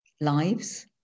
lives